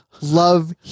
love